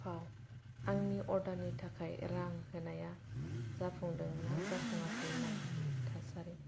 आंनि अर्डारनि थाखाय रां होनाया जाफुंदों ना जाफुङाखै नाय थासारि